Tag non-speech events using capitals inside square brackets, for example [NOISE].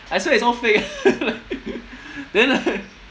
I swear it all fake ah [LAUGHS] then like [LAUGHS]